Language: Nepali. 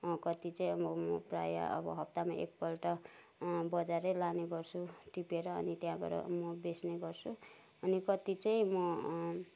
कति चाहिँ अब म म प्राय अब हप्तामा एकपल्ट बजारै लाने गर्छु टिपेर अनि त्यहाँबाट म बेच्ने गर्छु अनि कति चाहिँ म